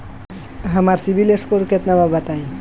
हमार CIBIL score केतना बा बताईं?